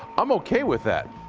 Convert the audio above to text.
i'm okay with that.